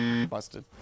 Busted